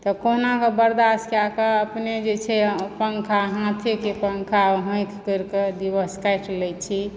तऽ कहुनाकऽ बर्दाश्त कएकऽ अपने जे छै पंखा हाथे पंखा होक करिकऽ दिवस काटि लैत छी